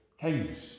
kings